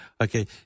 Okay